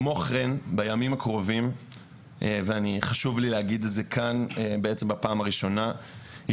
כמו כן חשוב לי להגיד את זה כאן בפעם הראשונה בימים הקרובים